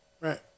right